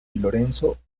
lorenzo